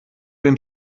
den